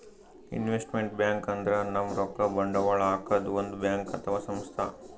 investment bank ಅಂದ್ರ ನಮ್ ರೊಕ್ಕಾ ಬಂಡವಾಳ್ ಹಾಕದ್ ಒಂದ್ ಬ್ಯಾಂಕ್ ಅಥವಾ ಸಂಸ್ಥಾ